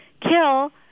kill